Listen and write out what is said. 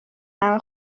همه